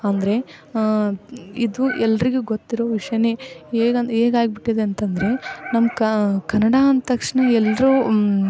ಅಂದರೆ ಇದು ಎಲ್ರಿಗೂ ಗೊತ್ತಿರೋ ವಿಷ್ಯನೇ ಹೇಗ್ ಅಂದ್ರ್ ಹೇಗಾಗ್ಬಿಟ್ಟಿದೆ ಅಂತಂದರೆ ನಮ್ಮ ಕನ್ನಡ ಅಂದ ತಕ್ಷಣ ಎಲ್ಲರೂ